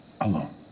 alone